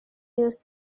use